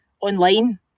online